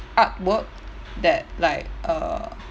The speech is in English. artwork that like uh